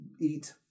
eat